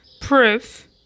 proof